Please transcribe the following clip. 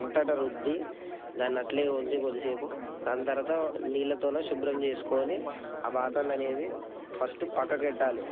అంతట రుద్ధి దాని అట్లే ఉంచి కొద్దిసేపు దాని తర్వాత నీళ్ళతో శుభ్రం చేసుకుని బాసనలు అనేది ఫస్ట్ పక్కకు పెట్టాలి